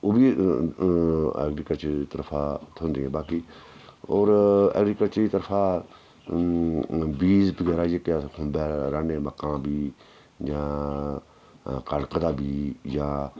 ओह् बी ऐग्रीकल्चर दी तरफा थ्होंदी ऐ बाकी होर ऐग्रीकल्चर दी तरफा बीज बगैरा जेह्के अस खुम्बै राह्ने आं मक्कां बीऽ जां कनक दा बीऽ जां